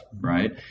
right